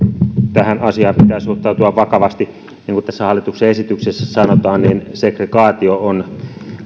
tähän asiaan pitää suhtautua vakavasti niin kuin tässä hallituksen esityksessä sanotaan segregaatio on